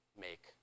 make